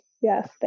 Yes